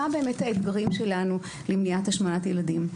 מה באמת האתגרים שלנו למניעת השמנת ילדים?